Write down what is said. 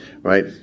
right